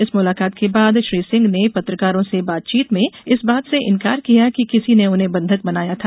इस मुलाकात के बाद श्री सिंह ने पत्रकारों से बातचीत में इस बात से इंकार किया कि किसी ने उन्हें बंधक बनाया था